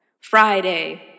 Friday